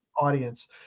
audience